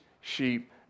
sheep